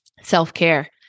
Self-care